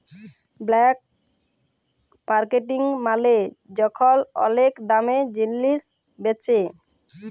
black marketing মালে যখল ওলেক দামে জিলিস বেঁচে